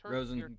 Rosen